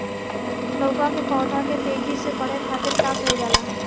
लउका के पौधा के तेजी से बढ़े खातीर का कइल जाला?